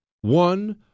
one